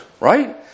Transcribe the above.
Right